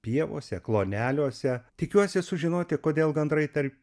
pievose kloneliuose tikiuosi sužinoti kodėl gandrai tar